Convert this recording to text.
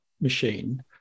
machine